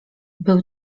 był